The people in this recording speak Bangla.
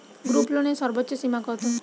গ্রুপলোনের সর্বোচ্চ সীমা কত?